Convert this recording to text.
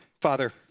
Father